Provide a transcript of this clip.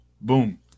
Boom